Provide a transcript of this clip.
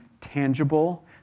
tangible